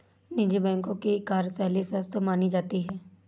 निजी बैंकों की कार्यशैली स्वस्थ मानी जाती है